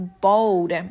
bold